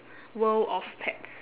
world of pets